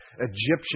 Egyptian